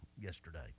yesterday